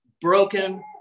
broken